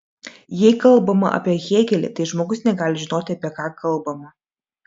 jei kalbama apie hėgelį tai žmogus negali žinoti apie ką kalbama